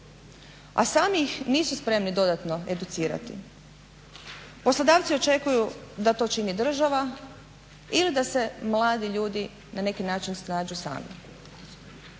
a sami ih nisu spremni dodatno educirati. Poslodavci očekuju da to čini država ili da se mladi ljudi na neki način snađu sami.